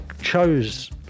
chose